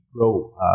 grow